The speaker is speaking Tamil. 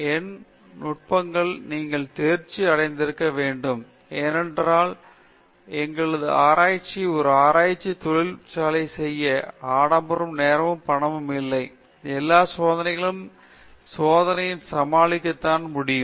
எண்ணியல் நுட்பங்களை நீங்கள் தேர்ச்சி அடைந்திருக்க வேண்டும் ஏனென்றால் எங்களது ஆராய்ச்சி ஒரு ஆராய்ச்சி தொழிலைச் செய்ய ஆடம்பரமும் நேரமும் பணமும் இல்லை எல்லா சோதனைகளையும் சோதனையில்தான் சமாளிக்க முடியும்